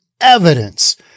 Evidence